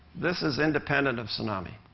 this is independent of tsunami.